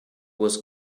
was